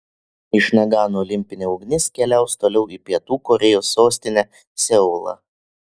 iš nagano olimpinė ugnis keliaus toliau į pietų korėjos sostinę seulą